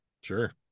Sure